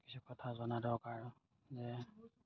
কিছু কথা জনা দৰকাৰ যে